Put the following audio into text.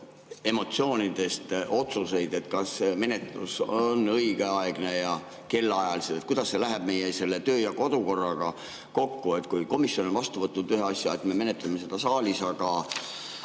emotsioonidest otsuseid, et kas menetlus on õigeaegne ja kellaajaliselt, siis kuidas see läheb meie töö‑ ja kodukorraga kokku. Kui komisjon on vastu võtnud ühe asja, et me menetleme seda saalis, aga